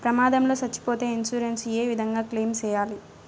ప్రమాదం లో సచ్చిపోతే ఇన్సూరెన్సు ఏ విధంగా క్లెయిమ్ సేయాలి?